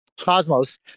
Cosmos